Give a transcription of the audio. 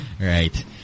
Right